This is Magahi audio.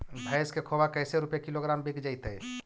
भैस के खोबा कैसे रूपये किलोग्राम बिक जइतै?